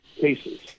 cases